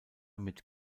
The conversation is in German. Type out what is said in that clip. mit